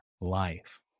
life